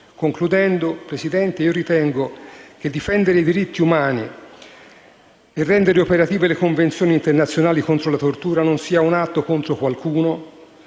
conclusione ritengo che difendere i diritti umani e rendere operative le Convenzioni internazionali contro la tortura non sia un atto contro qualcuno,